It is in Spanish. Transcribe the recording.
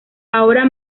ahora